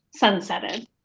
sunsetted